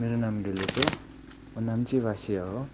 मरो नाम म दिलिप हो म नाम्चीबासी हो